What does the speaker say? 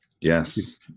Yes